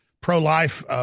pro-life